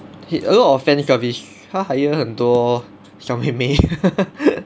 he a lot of fan service 他 hire 很多小妹妹